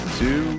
two